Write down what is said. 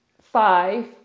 five